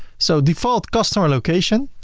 so default customer location,